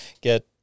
get